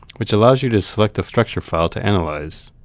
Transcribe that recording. which allows you to select a structure file to analyze.